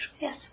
Yes